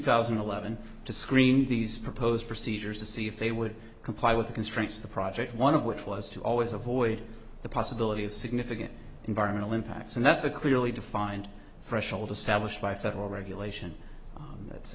thousand and eleven to screen these proposed procedures to see if they would comply with the constraints of the project one of which was to always avoid the possibility of significant environmental impacts and that's a clearly defined threshold established by federal regulation that's